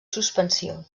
suspensió